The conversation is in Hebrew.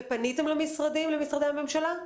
פניתם למשרדי הממשלה?